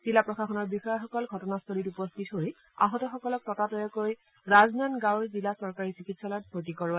জিলা প্ৰশাসনৰ বিষয়াসকল ঘটনাস্থলীত উপস্থিত হৈ আহত সকলক ততাতৈয়াকৈ ৰাজনন্দ্ গাঁৱৰ জিলা চৰকাৰী চিকিৎসালয়ত ভৰ্তি কৰায়